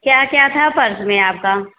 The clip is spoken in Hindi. क्या क्या था पर्स में आपका